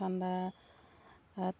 ঠাণ্ডা আত